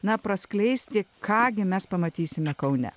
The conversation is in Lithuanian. na praskleisti ką gi mes pamatysime kaune